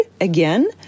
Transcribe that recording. again